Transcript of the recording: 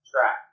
track